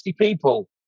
people